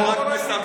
עזוב אתה,